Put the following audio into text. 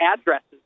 addresses